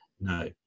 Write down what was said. no